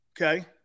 Okay